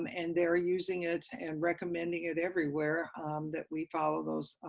um and they're using it and recommending it everywhere that we follow those